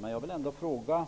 Men jag vill ändå fråga